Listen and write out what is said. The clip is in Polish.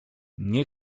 nie